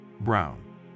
Brown